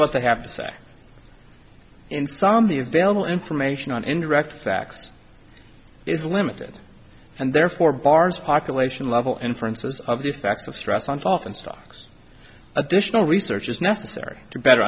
what they have to say insomnia valuable information on indirect facts is limited and therefore bars population level inferences of the effects of stress on thought and stocks additional research is necessary to better